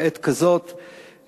לעת כזאת,